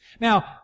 Now